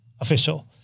official